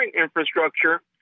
infrastructure